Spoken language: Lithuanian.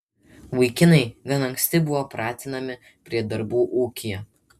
vaikai gan anksti buvome pratinami prie darbų ūkyje